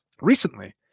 recently